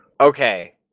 Okay